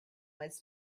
was